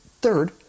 third